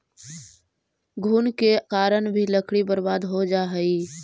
घुन के कारण भी लकड़ी बर्बाद हो जा हइ